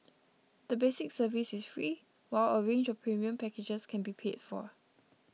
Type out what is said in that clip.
the basic service is free while a range of premium packages can be paid for